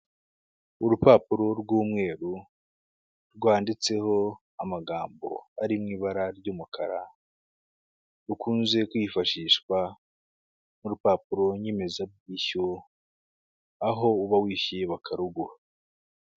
Urupapuro rw'umweru rwanditseho amagambo ari mu ibara ry'umukara, rukunze kwifashishwa nk'urupapuro nyemezabwishyu aho uba wishyuye bakaruguha.